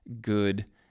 good